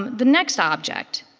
the next object,